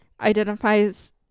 identifies